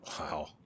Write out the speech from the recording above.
Wow